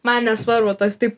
man nesvarbu toks taip